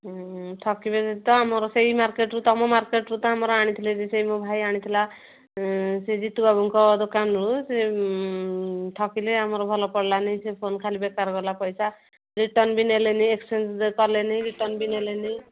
ହୁଁ ଠକିବେନି ତ ଆମର ସେଇ ମାର୍କେଟ୍ରୁ ତମ ମାର୍କେଟ୍ରୁ ତ ଆମର ଆଣିଥିଲେ ଯେ ସେଇ ମୋ ଭାଇ ଆଣିଥିଲା ସେ ଜିତୁ ବାବୁଙ୍କ ଦୋକାନରୁ ସେ ଠକିଲେ ଆମର ଭଲ ପଡ଼ିଲାନି ସେ ଫୋନ୍ ଖାଲି ବେକାର ଗଲା ପଇସା ରିଟର୍ଣ୍ଣ ବି ନେଲେନି ଏକ୍ସଚେଞ୍ଜ୍ କଲେନି ରିଟର୍ଣ୍ଣ ବି ନେଲେନି